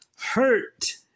hurt